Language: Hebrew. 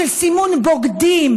של סימון בוגדים,